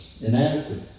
Inadequate